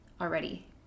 already